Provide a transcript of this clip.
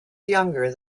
younger